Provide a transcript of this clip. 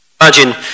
Imagine